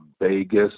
Vegas